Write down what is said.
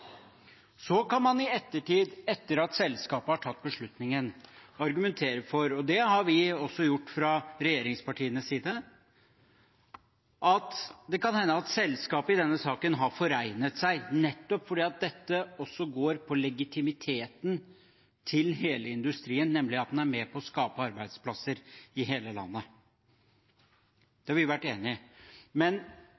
Så kan man i ettertid, etter at selskapet har tatt beslutningen, argumentere for – og det har vi også gjort fra regjeringspartienes side – at det kan hende selskapet i denne saken har forregnet seg, nettopp fordi dette også går på legitimiteten til hele industrien, nemlig at den er med på å skape arbeidsplasser i hele landet.